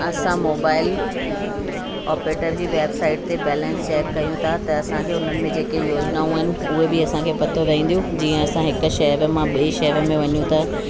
असां mobile operator जी website ते बेलेंस चेक कयूं था त असांखे उन्हनि में जेके योजनाऊं आहिनि उहे बि असांखे पतो रहंदियूं जीअं असां हिकु शहर मां ॿिए शहर में वञूं त